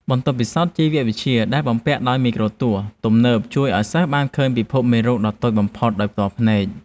បន្ទប់ពិសោធន៍ជីវវិទ្យាដែលបំពាក់ដោយមីក្រូទស្សន៍ទំនើបជួយឱ្យសិស្សបានឃើញពិភពមេរោគដ៏តូចបំផុតដោយផ្ទាល់ភ្នែក។